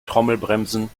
trommelbremsen